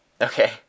Okay